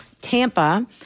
Tampa